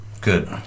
Good